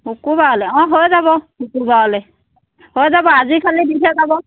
শুকুৰবাৰলৈ অঁ হৈ যাব শুকুৰবাৰলৈ হৈ যাব আজি খালি দি থৈ যাব